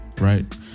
right